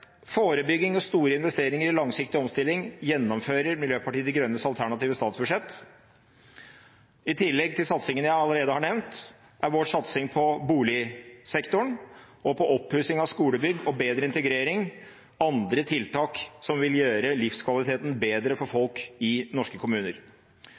Forebygging og store investeringer i langsiktig omstilling gjennomføres i Miljøpartiet De Grønnes alternative statsbudsjett. I tillegg til satsingene jeg allerede har nevnt, er vår satsing på boligsektoren og på oppussing av skolebygg og bedre integrering andre tiltak som vil gjøre livskvaliteten bedre for